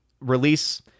release